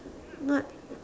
not